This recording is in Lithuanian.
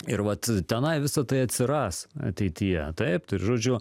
ir vat tenai visa tai atsiras ateityje taip tai žodžiu